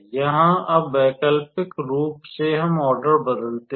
यहाँ अब वैकल्पिक रूप से हम ऑर्डर बदलते हैं